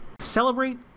Celebrate